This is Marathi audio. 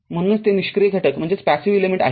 म्हणूनच ते निष्क्रिय घटक आहेत